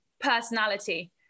Personality